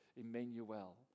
Emmanuel